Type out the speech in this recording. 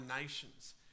nations